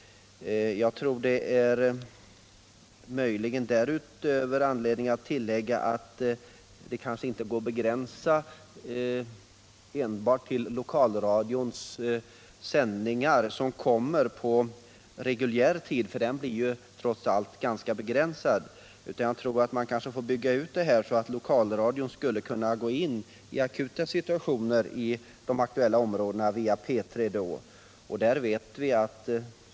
Det finns möjligen anledning tillägga att man kanske inte bör begränsa denna verksamhet till lokalradions sändningar på reguljär tid, för den blir trots allt ganska kort. Lokalradion borde i akuta situationer få gå in via P3.